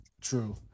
True